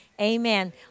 amen